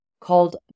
called